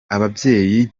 ababyeyi